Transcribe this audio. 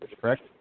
correct